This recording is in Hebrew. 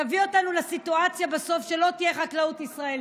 תביא אותנו בסוף לסיטואציה שלא תהיה חקלאות ישראלית.